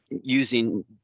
Using